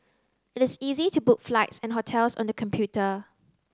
it is easy to book flights and hotels on the computer